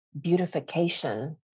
beautification